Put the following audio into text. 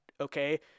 Okay